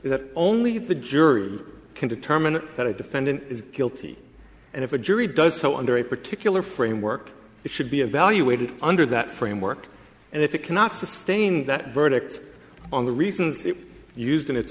that only the jury can determine that a defendant is guilty and if a jury does so under a particular framework it should be evaluated under that framework and if it cannot sustain that verdict on the reasons used in its